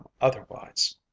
otherwise